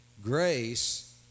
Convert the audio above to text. Grace